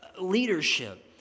leadership